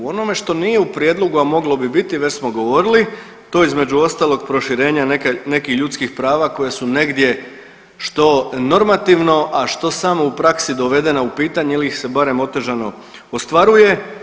U onome što nije u Prijedlogu, a moglo bi biti, već smo govorili, to je između ostalog proširenje nekih ljudskih prava koja su negdje, što normativno, a što samo u praksi, dovedena u pitanje ili se barem otežano ostvaruje.